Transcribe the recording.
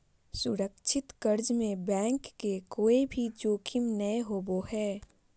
सुरक्षित कर्ज में बैंक के कोय भी जोखिम नय होबो हय